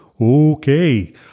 Okay